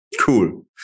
cool